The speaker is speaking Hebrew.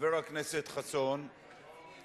חבר הכנסת חסון,